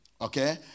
Okay